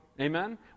Amen